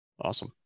Awesome